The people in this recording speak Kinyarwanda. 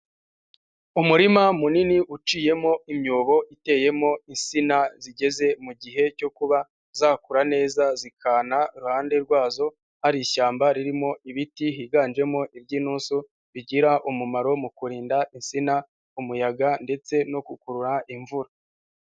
Umurima munini uciyemo imyobo iteyemo insina zigeze mu gihe cyo kuba zakura neza zikana, iruhande rwazo hari ishyamba ririmo ibiti higanjemo iby'intusu, bigira umumaro mu kurinda insina umuyaga ndetse no gukurura imvura.